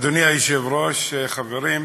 אדוני היושב-ראש, חברים,